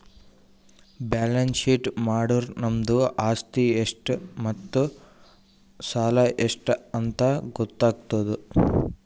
balance sheet ಮಾಡುರ್ ನಮ್ದು ಆಸ್ತಿ ಎಷ್ಟ್ ಮತ್ತ ಸಾಲ ಎಷ್ಟ್ ಅಂತ್ ಗೊತ್ತಾತುದ್